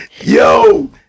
yo